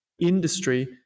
industry